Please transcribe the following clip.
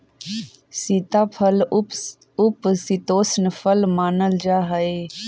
सीताफल उपशीतोष्ण फल मानल जा हाई